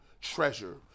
treasure